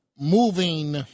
moving